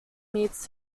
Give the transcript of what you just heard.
meats